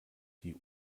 die